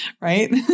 right